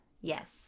yes